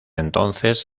entonces